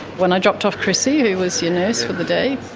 when i dropped off chrissie, who was your nurse for the day.